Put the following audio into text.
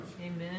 Amen